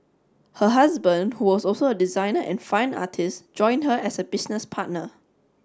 her husband who was also a designer and fine artist joined her as a business partner